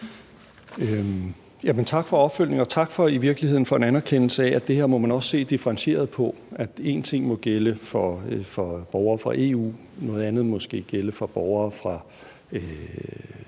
Tak for opfølgningen, og tak for en anerkendelse af, at man også må se differentieret på det her, altså at der må gælde ét for borgere fra EU, og noget andet må måske gælde for borgere fra